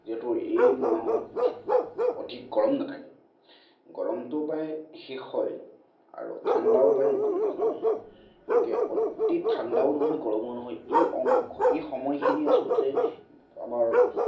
যিহেতু এই মাহত অধিক গৰম নাথাকে গৰমটো প্ৰায় শেষ হয় আৰু ঠাণ্ডাও প্ৰায় নতুনকৈ সোমায় গতিকে অতি ঠাণ্ডাও নহয় গৰমো নহয় এই এই সময়খিনি আচলতে আমাৰ